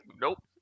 nope